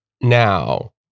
Now